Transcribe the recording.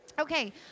Okay